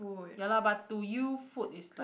ya lah but to you food is like